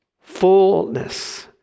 Fullness